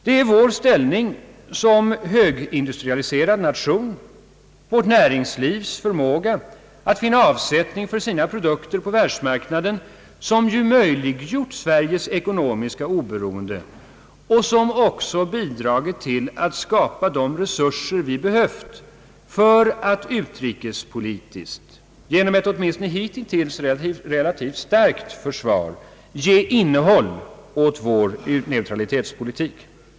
Det är vår ställning som högindustrialiserad nation, vårt näringslivs förmåga att finna avsättning för sina produkter på världsmarknaden, som möjliggjort Sveriges ekonomiska oberoende och som också bidragit till att skapa de resurser vi behövt för att utrikespolitiskt genom ett åtminstone hitintills starkt försvar ge innehåll åt vår neutralitetspolitik.